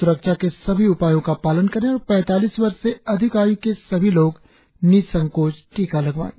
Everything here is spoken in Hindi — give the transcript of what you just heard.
सुरक्षा के सभी उपायों का पालन करें और पैतालीस वर्ष से अधिक आय् के सभी लोग निसंकोच टीका लगवाएं